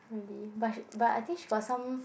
really but but I think she got some